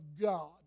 God